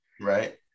Right